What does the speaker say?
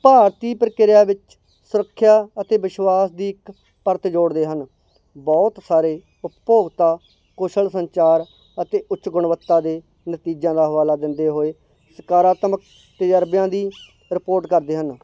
ਭਾਰਤੀ ਪ੍ਰਕਿਰਿਆ ਵਿੱਚ ਸੁਰੱਖਿਆ ਅਤੇ ਵਿਸ਼ਵਾਸ ਦੀ ਇੱਕ ਪਰਤ ਜੋੜਦੇ ਹਨ ਬਹੁਤ ਸਾਰੇ ਉਪਭੋਗਤਾ ਕੁਸ਼ਲ ਸੰਚਾਰ ਅਤੇ ਉੱਚ ਗੁਣਵੱਤਾ ਦੇ ਨਤੀਜਿਆਂ ਦਾ ਹਵਾਲਾ ਦਿੰਦੇ ਹੋਏ ਸਕਾਰਾਤਮਕ ਤਜਰਬਿਆਂ ਦੀ ਰਿਪੋਰਟ ਕਰਦੇ ਹਨ